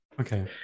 Okay